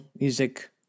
music